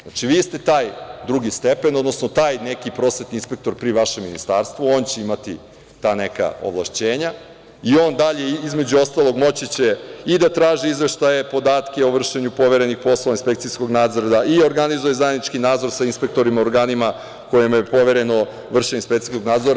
Znači, vi ste taj drugi stepen, odnosno taj neki prosvetni inspektor pri vašem ministarstvu, on će imati ta neka ovlašćenja i on će dalje, između ostalog, moći i da traži izveštaje i podatke o vršenju poverenih poslova inspekcijskog nadzora, da organizuje zajednički nadzor sa inspektorima i organima kojima je povereno vršenje inspekcijskog nadzora.